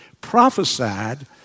Prophesied